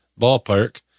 ballpark